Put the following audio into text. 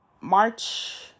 March